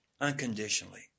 unconditionally